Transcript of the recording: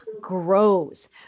grows